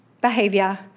behavior